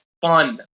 fun